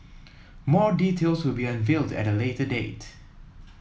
more details will be unveiled at a later date